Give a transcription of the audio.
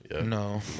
no